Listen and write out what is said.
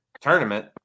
tournament